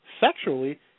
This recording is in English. sexually